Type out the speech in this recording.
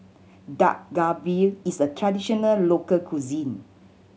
Dak Galbi is a traditional local cuisine